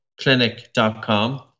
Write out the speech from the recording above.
clinic.com